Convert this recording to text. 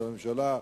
של הממשלה,